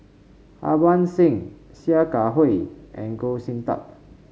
Harbans Singh Sia Kah Hui and Goh Sin Tub